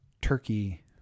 Turkey